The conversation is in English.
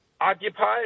occupied